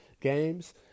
games